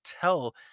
tell